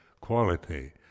quality